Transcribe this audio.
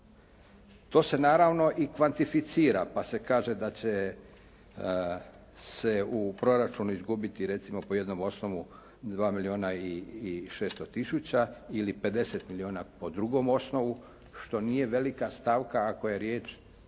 To se naravno i kvantificira pa se kaže da će se u proračunu izgubiti recimo po jednom osnovu dva milijuna i 600 tisuća ili 50 milijuna po drugom osnovu što nije velika stavka ako je riječ